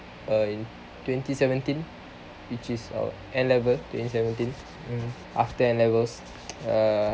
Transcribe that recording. err in twenty seventeen which is err N level twenty seventeen after N levels uh